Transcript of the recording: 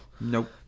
Nope